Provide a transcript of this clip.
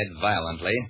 violently